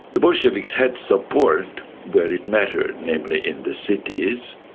the bolsheviks had support we're it mattered, namely in the cities.